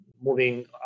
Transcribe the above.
moving